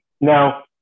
Now